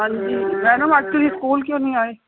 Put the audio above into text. ਹਾਂਜੀ ਮੈਡਮ ਅੱਜ ਤੁਸੀਂ ਸਕੂਲ ਕਿਉਂ ਨਹੀਂ ਆਏ